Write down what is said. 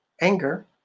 anger